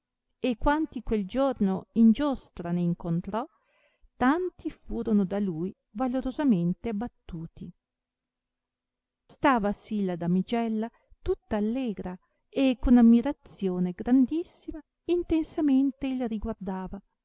e quanti quel giorno in giostra ne incontrò tanti furono da lui valorosamente abbattuti stavasi la damigella tutta allegra e con ammirazione grandissima intensamente il riguardava